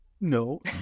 no